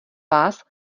vás